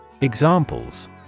Examples